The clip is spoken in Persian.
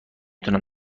تونم